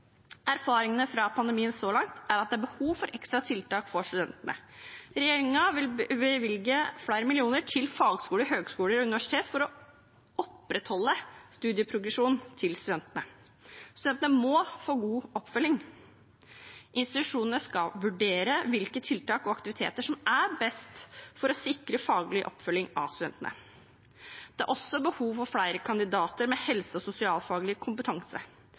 Erfaringene fra pandemien så langt er at det er behov for ekstra tiltak for studentene. Regjeringen vil bevilge flere millioner til fagskoler, høyskoler og universiteter for å opprettholde studieprogresjonen til studentene. Studentene må få god oppfølging. Institusjonene skal vurdere hvilke tiltak og aktiviteter som er best for å sikre faglig oppfølging av studentene. Det er også behov for flere kandidater med helse- og sosialfaglig kompetanse.